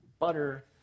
Butter